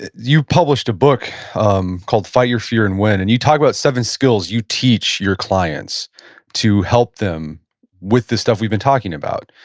you published a book um called fight your fear and win, and you talk about seven skills you teach your clients to help them with the stuff we've been talking about,